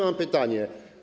Mam pytanie.